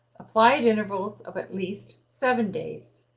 apply at intervals of at least seven days.